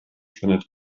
spendet